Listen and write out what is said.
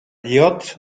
youth